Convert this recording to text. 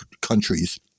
countries